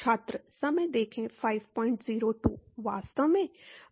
छात्र वास्तव में